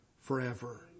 forever